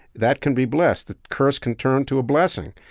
that can be blessed. that curse can turn to a blessing.